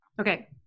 Okay